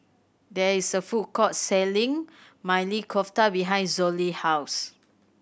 there is a food court selling Maili Kofta behind Zollie house